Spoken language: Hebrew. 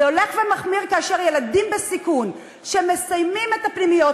זה הולך ומחמיר כאשר ילדים בסיכון שמסיימים את הפנימיות